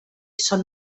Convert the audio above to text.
són